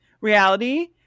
reality